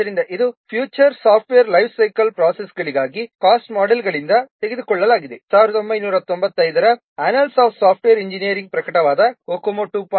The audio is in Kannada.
ಆದ್ದರಿಂದ ಇದು ಫ್ಯೂಚರ್ ಸಾಫ್ಟ್ವೇರ್ ಲೈಫ್ ಸೈಕಲ್ ಪ್ರೋಸೆಸ್ಗಳಿಗಾಗಿ ಕಾಸ್ಟ್ ಮೋಡೆಲ್ಗಳಿಂದ ತೆಗೆದುಕೊಳ್ಳಲಾಗಿದೆ 1995 ರ ಆನಲ್ಸ್ ಆಫ್ ಸಾಫ್ಟ್ವೇರ್ ಇಂಜಿನಿಯರಿಂಗ್ನಲ್ಲಿ ಪ್ರಕಟವಾದ COCOMO 2